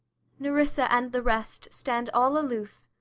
nerissa and the rest, stand all aloof